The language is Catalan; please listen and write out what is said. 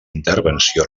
intervenció